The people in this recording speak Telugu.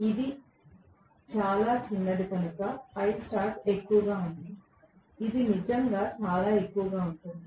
ఇది చాలా చిన్నది కనుక Istart ఎక్కువగా ఉంది ఇది నిజంగా చాలా ఎక్కువగా ఉంటుంది